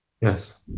Yes